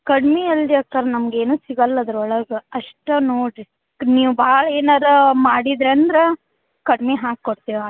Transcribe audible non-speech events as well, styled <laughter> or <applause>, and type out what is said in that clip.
ಕಡ್ಮೆ ಅಲ್ಲರಿ ಅಕ್ಕಾರ್ ನಮ್ಗೇನು ಸಿಗಲ್ಲ ಅದ್ರೊಳಗೆ ಅಷ್ಟೆ ನೋಡಿ ರೀ ನೀವು ಭಾಳ ಏನಾರಾ ಮಾಡಿದ್ರಿ ಅಂದ್ರೆ ಕಡ್ಮೆ ಹಾಕಿ ಕೊಡ್ತೀವಿ <unintelligible>